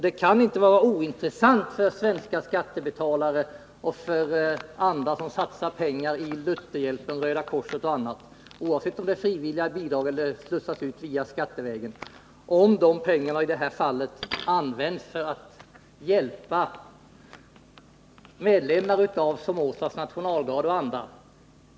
Det kan inte vara ointressant för svenska skattebetalare och för andra som satsar pengar på Lutherhjälpen, Röda korset och andra organisationer — oavsett om det är frivilliga bidrag eller om medlen slussas ut skattevägen — om pengarna används för att hjälpa medlemmar av Somozas nationalgarde.